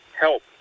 help